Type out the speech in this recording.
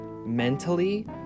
mentally